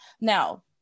Now